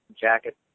jacket